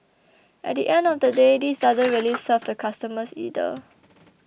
at the end of the day this doesn't really serve the customers either